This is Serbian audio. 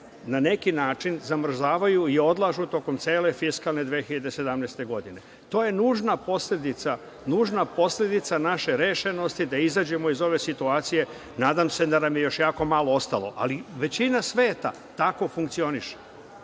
na neki način zamrzavaju i odlažu tokom cele fiskalne 2017. godine. To je nužna posledica naše rešenosti da izađemo iz ove situacije. Nadam se da nam je jako malo još ostalo, ali većina sveta tako funkcioniše. Druga